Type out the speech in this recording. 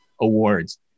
awards